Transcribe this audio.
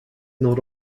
not